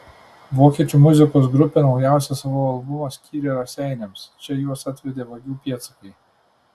vokiečių muzikos grupė naujausią savo albumą skyrė raseiniams čia juos atvedė vagių pėdsakai